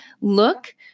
look